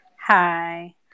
Hi